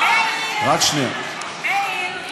היושב-ראש, מאיר,